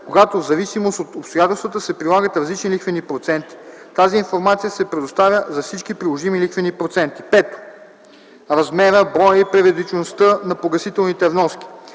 когато в зависимост от обстоятелствата се прилагат различни лихвени проценти, тази информация се предоставя за всички приложими лихвени проценти; 5. размера, броя и периодичността на погасителните вноски,